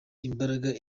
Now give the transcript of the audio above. imbaraga